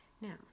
Now